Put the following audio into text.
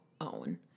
own